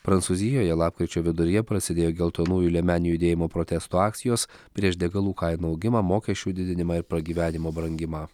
prancūzijoje lapkričio viduryje prasidėjo geltonųjų liemenių judėjimo protesto akcijos prieš degalų kainų augimą mokesčių didinimą ir pragyvenimo brangimą